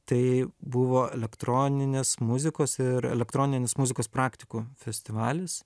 tai buvo elektroninės muzikos ir elektroninės muzikos praktikų festivalis